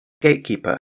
gatekeeper